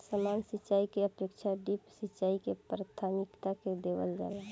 सामान्य सिंचाई के अपेक्षा ड्रिप सिंचाई के प्राथमिकता देवल जाला